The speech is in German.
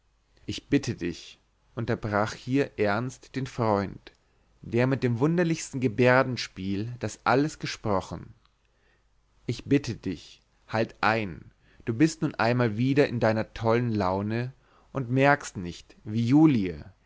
ich bitte dich unterbrach hier ernst den freund der mit dem wunderlichsten gebärdenspiel das alles gesprochen ich bitte dich halt ein du bist nun einmal wieder in deiner tollen laune und merkst nicht wie julie